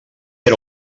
era